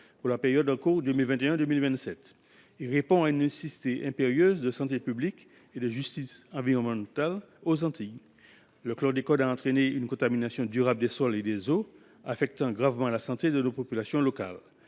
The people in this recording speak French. pour la période 2021 2027. Cette mesure répond à une nécessité impérieuse de santé publique et de justice environnementale aux Antilles. En effet, le chlordécone a entraîné une contamination durable des sols et des eaux, affectant gravement la santé de nos populations locales.